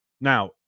Now